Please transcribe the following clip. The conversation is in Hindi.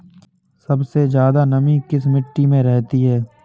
सबसे ज्यादा नमी किस मिट्टी में रहती है?